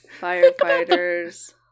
firefighters